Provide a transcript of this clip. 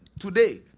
today